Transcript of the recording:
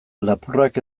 lapurrak